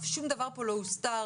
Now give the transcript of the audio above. שום דבר פה לא הוסתר.